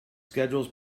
schedules